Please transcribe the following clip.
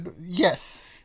Yes